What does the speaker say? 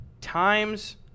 times